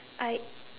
I